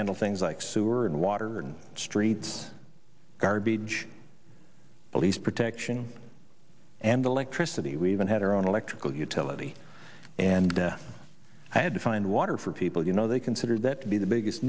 handle things like sewer and water streets garbage police protection and electricity we even had our own electrical utility and i had to find water for people you know they considered that to be the biggest